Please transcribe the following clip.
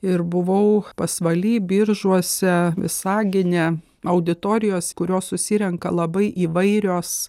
ir buvau pasvaly biržuose visagine auditorijos kurios susirenka labai įvairios